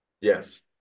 Yes